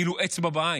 כאילו אצבע בעין,